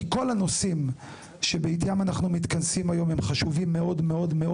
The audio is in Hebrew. כי כל הנושאים שבעטיים אנחנו מתכנסים היום הם חשובים מאוד מאוד מאוד,